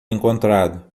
encontrado